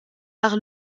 par